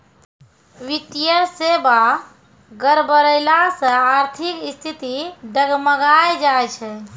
वित्तीय सेबा गड़बड़ैला से आर्थिक स्थिति डगमगाय जाय छै